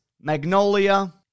Magnolia